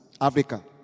Africa